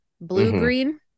blue-green